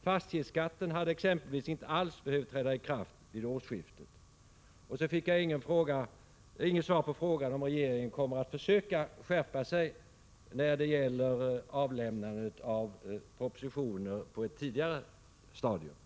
Fastighetsskatten hade exempelvis inte alls behövt träda i kraft vid årsskiftet. Jag fick inget svar på frågan om regeringen kommer att försöka skärpa sig när det gäller avlämnandet av propositioner på ett tidigare stadium.